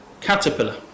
caterpillar